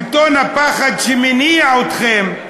שלטון הפחד שמניע אתכם,